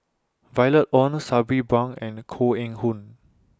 Violet Oon Sabri Buang and Koh Eng Hoon